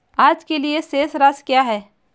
आज के लिए शेष राशि क्या है?